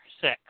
six